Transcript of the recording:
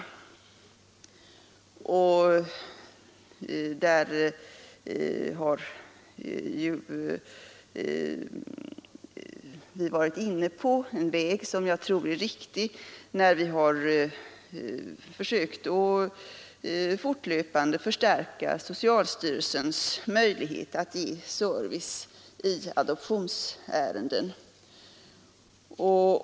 Där har vi varit inne på en väg som jag tror är riktig, när vi har försökt att fortlöpande förstärka socialstyrelsens möjlighet att ge service i adoptionsärenden.